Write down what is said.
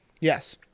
Yes